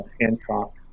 Hancock